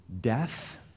death